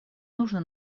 нужно